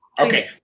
Okay